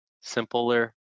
simpler